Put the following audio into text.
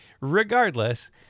Regardless